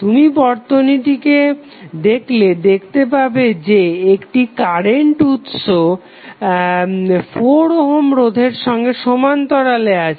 তুমি বর্তনীটিকে দেখলে দেখতে পাবে যে একটি কারেন্ট উৎস 4 ওহম রোধের সঙ্গে সমান্তরালে আছে